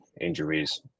injuries